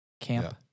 Camp